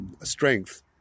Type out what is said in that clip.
strength